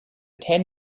ten